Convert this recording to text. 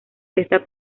esta